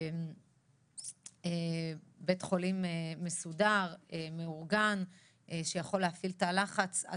בית חולים מסודר ומאורגן שיכול להפעיל תא לחץ.